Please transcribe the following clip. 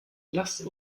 lass